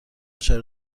چرا